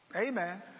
Amen